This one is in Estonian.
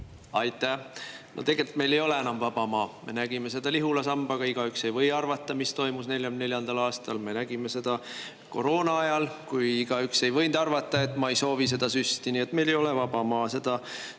Aitäh! No tegelikult meil ei ole enam vaba maa. Me nägime seda Lihula sambaga, igaüks ei või arvata, mis toimus 1944. aastal; me nägime seda koroonaajal, kui igaüks ei võinud arvata, et ma ei soovi seda süsti – nii et meil ei ole vaba maa. Seda